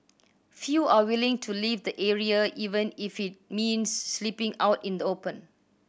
few are willing to leave the area even if it means sleeping out in the open